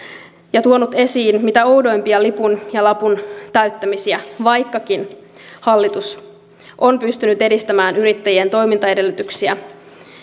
ja tuonut esiin mitä oudoimpia lipun ja lapun täyttämisiä vaikkakin hallitus on pystynyt edistämään yrittäjien toimintaedellytyksiä